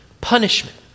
punishment